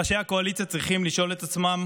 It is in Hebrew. ראשי הקואליציה צריכים לשאול את עצמם